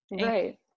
Right